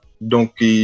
Donc